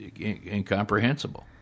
incomprehensible